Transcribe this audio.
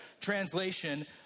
translation